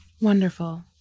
Wonderful